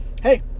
hey